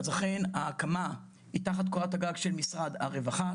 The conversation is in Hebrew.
אז אכן ההקמה היא תחת קורת הגג של משרד הרווחה,